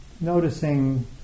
noticing